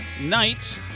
night